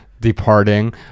departing